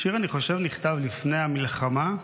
אני חושב שהשיר נכתב לפני המלחמה,